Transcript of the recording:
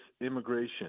immigration